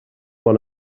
bon